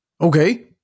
Okay